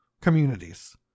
communities